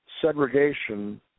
segregation